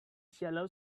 shallow